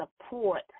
support